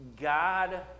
God